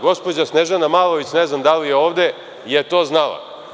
Gospođa Snežana Malović, ne znam da li je ovde, je to znala.